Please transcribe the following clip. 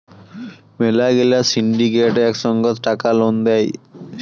মেলা গিলা সিন্ডিকেট এক সঙ্গত টাকা লোন দেয়